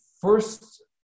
first